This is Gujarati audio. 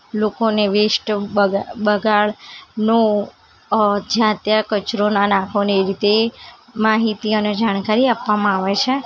લોકોને વેસ્ટ બગા બગાડનો જ્યાં ત્યાં કચરો ના નાખો અને એ રીતે માહિતી અને જાણકારી આપવામાં આવે છે